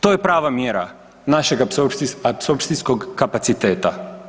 To je prava mjera našeg apsorpcijskog kapaciteta.